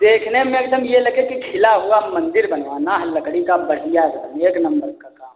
देखने में एकदम ये लगे कि खिला हुआ मन्दिर बनवाना है लकड़ी का बढ़िया लकड़ी एक नम्बर का काम